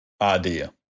idea